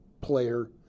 player